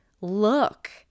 look